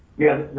yeah,